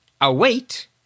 await